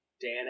Dan